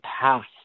past